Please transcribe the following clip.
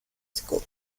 school